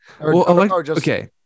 okay